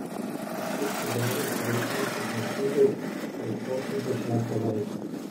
paskui suderinsi reikalus su prancūzais dėl pokalbio šią savaitę